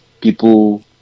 people